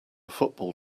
football